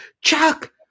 Chuck